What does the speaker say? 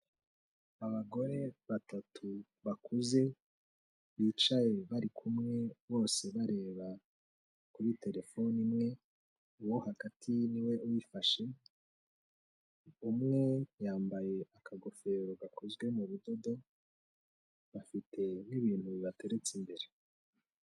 Abagore batatu bakuze bicaye bari kumwe bose bareba kuri telefone imwe, uwo hagati niwe uyifashe, umwe yambaye akagofero gakozwe mu budodo bafite nk'ibintu bibateretse imbere.